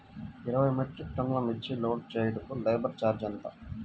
ఇరవై మెట్రిక్ టన్నులు మిర్చి లోడ్ చేయుటకు లేబర్ ఛార్జ్ ఎంత?